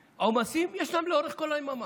עומסים יש להם לאורך כל היממה.